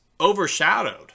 overshadowed